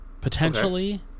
Potentially